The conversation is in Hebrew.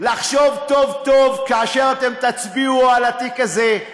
לחשוב טוב טוב כאשר אתם תצביעו על התיק הזה.